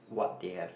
what they have